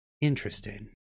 interesting